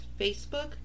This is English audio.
Facebook